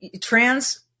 trans